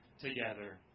together